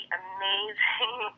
amazing